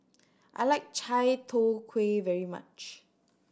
I like Chai Tow Kuay very much